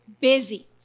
busy